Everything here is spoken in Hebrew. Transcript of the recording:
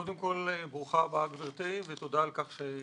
קודם כל, ברוכה הבאה, גברתי, ותודה על כך שאת